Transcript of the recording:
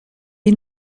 est